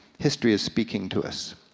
history is speaking to us.